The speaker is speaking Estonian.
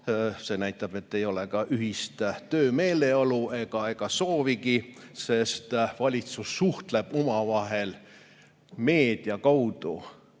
See näitab, et ei ole ka ühist töömeeleolu ega soovigi, sest valitsus suhtleb omavahel meedia kaudu.